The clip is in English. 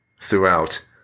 throughout